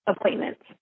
appointments